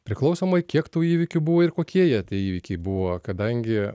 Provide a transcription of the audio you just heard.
priklausomai kiek tų įvykių buvo ir kokie jie tie įvykiai buvo kadangi